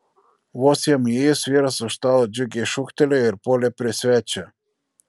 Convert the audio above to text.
vos jam įėjus vyras už stalo džiugiai šūktelėjo ir puolė prie svečio